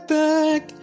back